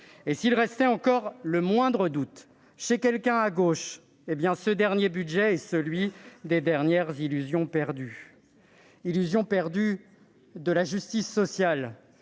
S'il restait encore le moindre doute chez quelqu'un à gauche, ce dernier budget est celui des dernières illusions perdues. Illusion perdue de la justice sociale,